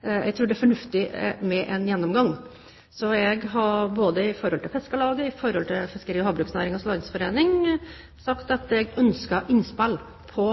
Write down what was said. det er fornuftig med en gjennomgang. Så har jeg sagt til Norges Fiskarlag og Fiskeri- og havbruksnæringens landsforening at jeg ønsker innspill på